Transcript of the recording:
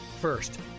First